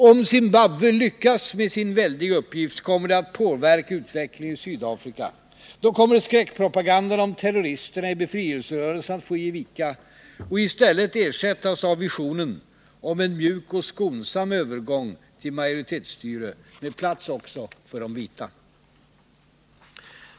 Om Zimbabwe lyckas med sin väldiga uppgift konimer det att påverka utvecklingen i Sydafrika. Då kommer skräckpropagandan om ”terroristerna” i befrielserörelsen att få ge vika, och i stället ersättas av visionen om en mjuk och skonsam övergång till majoritetsstyre med plats också för de vita.